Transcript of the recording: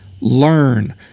learn